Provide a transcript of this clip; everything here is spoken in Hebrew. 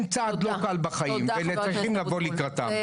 צעד לא קל בחיים וצריכים לבוא לקראתם.